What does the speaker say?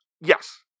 Yes